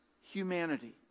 humanity